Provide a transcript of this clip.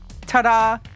Ta-da